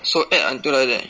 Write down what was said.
so add until like that